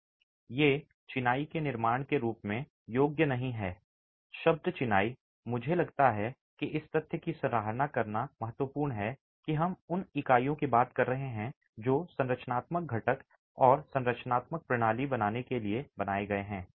ये चिनाई के निर्माण के रूप में योग्य नहीं हैं शब्द चिनाई मुझे लगता है कि इस तथ्य की सराहना करना महत्वपूर्ण है कि हम उन इकाइयों की बात कर रहे हैं जो संरचनात्मक घटक और संरचनात्मक प्रणाली बनाने के लिए बनाए गए हैं